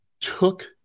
took